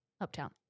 uptown